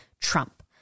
Trump